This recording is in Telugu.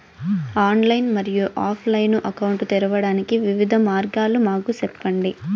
ఆన్లైన్ మరియు ఆఫ్ లైను అకౌంట్ తెరవడానికి వివిధ మార్గాలు మాకు సెప్పండి?